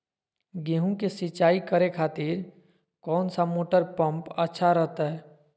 गेहूं के सिंचाई करे खातिर कौन सा मोटर पंप अच्छा रहतय?